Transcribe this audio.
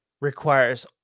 requires